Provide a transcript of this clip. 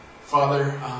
Father